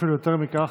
ואפילו יותר מכך,